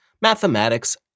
mathematics